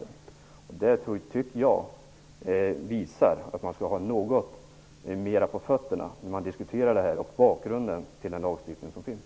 Det visar, tycker jag, att man skall ha något mer på fötterna när man diskuterar denna fråga och bakgrunden till den lagstiftning som finns.